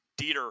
Dieter